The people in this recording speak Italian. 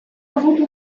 avuto